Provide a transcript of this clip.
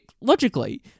logically